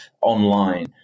online